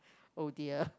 oh dear